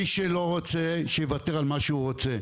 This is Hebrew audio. מי שלא רוצה, שיוותר על מה שהוא רוצה.